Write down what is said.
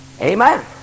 Amen